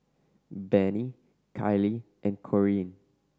Bennie Kylee and Corean